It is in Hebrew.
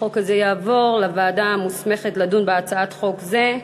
החוק הזה יעבור לוועדה המוסמכת לדון בהצעת חוק זו,